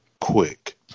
quick